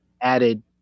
added